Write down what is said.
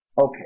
Okay